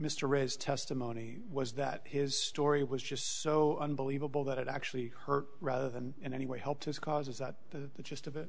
mr ray's testimony was that his story was just so unbelievable that it actually hurt rather than in any way help his cause is that the gist of it